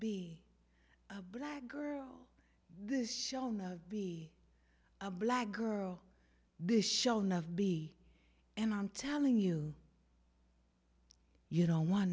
be a black girl this show no be a black girl this shall not be and i'm telling you you know one